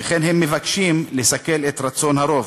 שכן הם מבקשים לסכל את רצון הרוב.